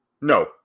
No